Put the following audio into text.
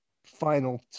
Final